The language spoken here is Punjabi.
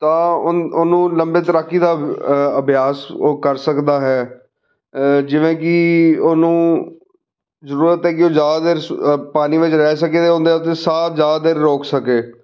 ਤਾਂ ਉਹ ਉਹਨੂੰ ਲੰਬੇ ਤੈਰਾਕੀ ਦਾ ਅਭਿਆਸ ਉਹ ਕਰ ਸਕਦਾ ਹੈ ਜਿਵੇਂ ਕਿ ਉਹਨੂੰ ਜ਼ਰੂਰਤ ਹੈ ਕਿ ਉਹ ਜ਼ਿਆਦਾ ਦੇਰ ਸ ਪਾਣੀ ਵਿੱਚ ਰਹਿ ਸਕੇ ਉਹਦੇ ਉੱਥੇ ਸਾਹ ਜ਼ਿਆਦਾ ਦੇਰ ਰੋਕ ਸਕੇ